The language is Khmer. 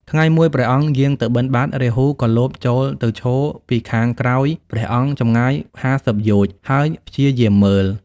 ថ្ងៃមួយ ព្រះអង្គយាងទៅបិណ្ឌបាត រាហូក៏លបចូលទៅឈរពីខាងក្រោយព្រះអង្គ ចម្ងាយ ៥០ យោជន៍ ហើយព្យាយាមមើល។